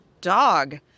dog